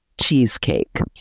cheesecake